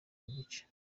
igice